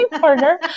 partner